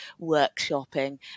workshopping